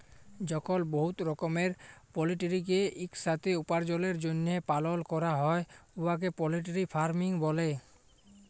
যখল বহুত রকমের পলটিরিকে ইকসাথে উপার্জলের জ্যনহে পালল ক্যরা হ্যয় উয়াকে পলটিরি ফার্মিং ব্যলে